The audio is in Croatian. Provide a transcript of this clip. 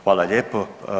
Hvala lijepo.